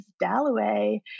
Dalloway